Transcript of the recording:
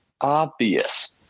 obvious